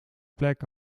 plek